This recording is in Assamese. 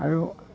আৰু